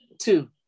two